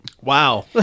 Wow